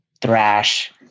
thrash